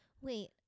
Wait